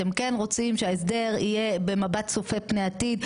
אתם כן רוצים שההסדר יהיה במבט צופה פני עתיד,